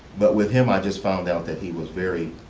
but with him, i just found out that he was very